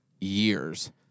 years